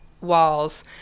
walls